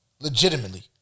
Legitimately